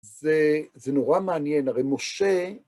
זה נורא מעניין, הרי משה...